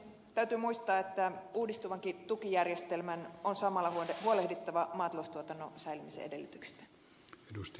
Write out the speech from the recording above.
täytyy muistaa että uudistuvankin tukijärjestelmän on samalla huolehdittava maataloustuotannon säilymisen edellytyksistä